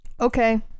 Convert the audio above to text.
Okay